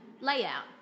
layout